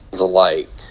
alike